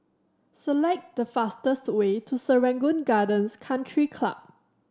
select the fastest way to Serangoon Gardens Country Club